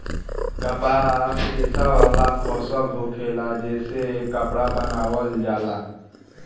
कपास रेशा वाला फसल होखेला जे से कपड़ा बनावल जाला